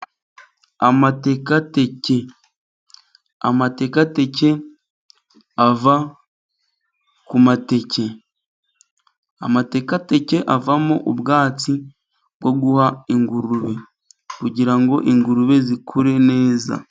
Amatekateke. Amatekateke ava ku mateke. Amatekateke avamo ubwatsi bwo guha ingurube. Kugirango ingurube zikure neza.